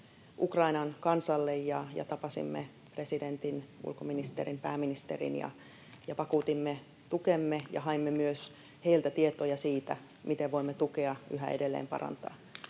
Ukrainan kansalle ja tapasimme presidentin, ulkoministerin ja pääministerin. Vakuutimme tukemme ja haimme myös heiltä tietoja siitä, miten voimme tukea yhä edelleen parantaa.